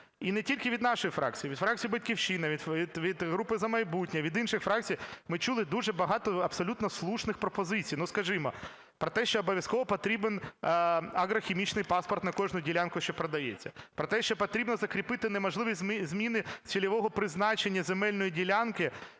І не тільки від нашої фракції: і від фракції "Батьківщина", і від групи "За майбутнє", від інших фракцій. Ми чули дуже багато абсолютно слушних пропозицій, ну, скажімо, про те, що обов'язково потрібен агрохімічний паспорт на кожну ділянку, що продається, про те, що потрібно закріпити неможливість зміни цільового призначення земельної ділянки